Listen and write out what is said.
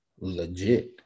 Legit